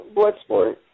Bloodsport